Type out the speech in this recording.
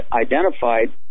identified